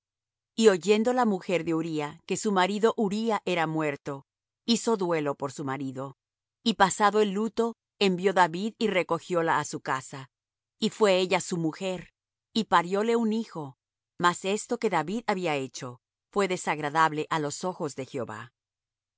y oyendo la mujer de uría que su marido uría era muerto hizo duelo por su marido y pasado el luto envió david y recogióla á su casa y fué ella su mujer y parióle un hijo mas esto que david había hecho fué desagradable á los ojos de jehová